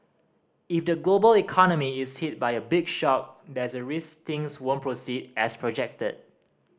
if the global economy is hit by a big shock there's a risk things won't proceed as projected